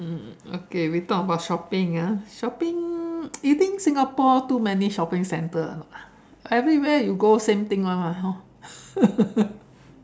mm okay we talk about shopping ah shopping you think Singapore too many shopping centre ah everywhere you go same thing [one] lah hor